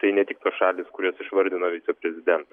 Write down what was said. tai ne tik tos šalys kurias išvardino viceprezidentas